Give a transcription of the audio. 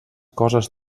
coses